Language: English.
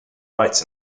rights